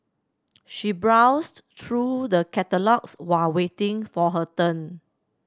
she browsed through the catalogues while waiting for her turn